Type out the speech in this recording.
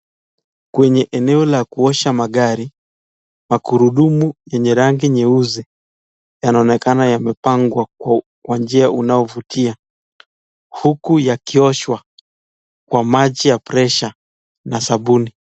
Kwenye eneo la kuosha magari , magurudumu yenye rangi nyeusi yanaonekana yamepangwa kwa njia unaovutia huku yakioshwa kwa maji ya (cs) pressure (cs) na sabuni.